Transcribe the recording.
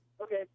Okay